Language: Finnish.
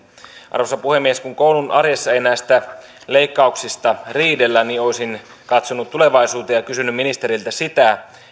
arvoisa puhemies kun koulun arjessa ei näistä leikkauksista riidellä niin olisin katsonut tulevaisuuteen ja kysynyt ministeriltä sitä